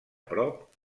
prop